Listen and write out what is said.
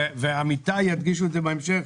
ועמיתיי ידגישו את זה בהמשך,